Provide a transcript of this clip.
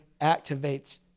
activates